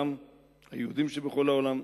היהודים שבכל העולם,